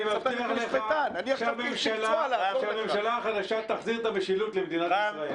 אני מבטיח לך שהממשלה החדשה תחזיר את המשילות למדינת ישראל.